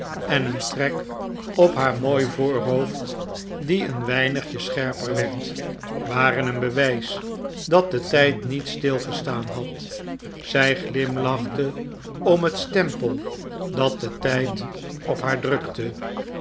en een trek op haar mooi voorhoofd die een weinigje scherper werd waren een bewijs dat de tijd niet stilgestaan had zij glimlachte om het stempel dat de tijd op haar drukte